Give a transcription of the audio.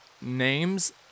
names